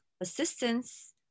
assistance